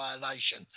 violation